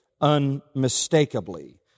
unmistakably